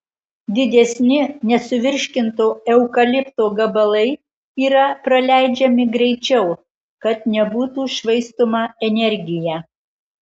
didesni nesuvirškinto eukalipto gabalai yra praleidžiami greičiau kad nebūtų švaistoma energija